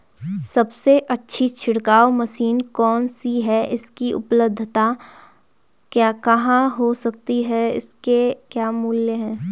सबसे अच्छी छिड़काव मशीन कौन सी है इसकी उपलधता कहाँ हो सकती है इसके क्या मूल्य हैं?